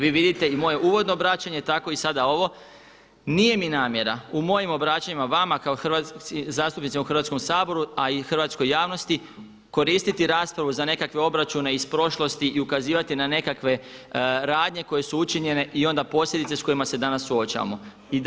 Vi vidite i moje uvodno obraćanje tako i sada ovo, nije mi namjera u mojim obraćanjima vama kao zastupnicima u Hrvatskome saboru, a i hrvatskoj javnosti, koristiti raspravu za nekakve obračune iz prošlosti i ukazivati na nekakve radnje koje su učinjene i onda posljedice s kojima se danas suočavamo.